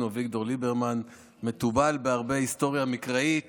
אביגדור ליברמן מתובל בהרבה היסטוריה מקראית